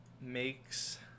makes